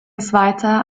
zweiter